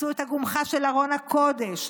מצאו את הגומחה של ארון הקודש,